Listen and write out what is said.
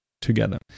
together